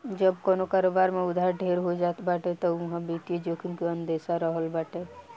जब कवनो कारोबार में उधार ढेर हो जात बाटे तअ उहा वित्तीय जोखिम के अंदेसा रहत बाटे